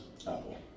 Apple